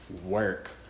work